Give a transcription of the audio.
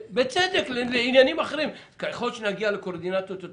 רק אני עדיין לא מבין תוך כמה שנים יכסו את הפריפריה באמצעות הקרן.